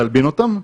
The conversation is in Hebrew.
להלבין אותן?